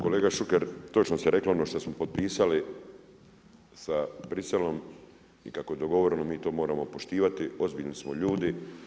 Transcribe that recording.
Kolega Šuker, točno ste rekli ono što smo potpisali sa Bruxellesom i kako je dogovoreno mi to moramo poštivati, ozbiljni smo ljudi.